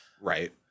Right